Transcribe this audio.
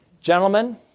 Gentlemen